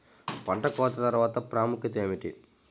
పంట కోత తర్వాత ప్రాముఖ్యత ఏమిటీ?